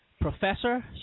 professor